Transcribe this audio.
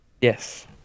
Yes